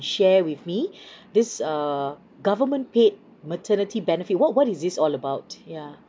share with me this err government paid maternity benefit what what is this all about yeah